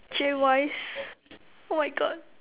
jay wise oh my God